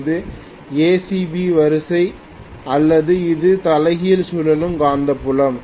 இது ஏசிபி வரிசை அல்லது இது தலைகீழ் சுழலும் காந்தப்புலம்